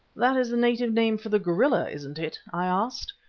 that is a native name for the gorilla, isn't it? i asked.